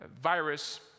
virus